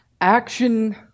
action